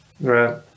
right